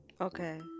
Okay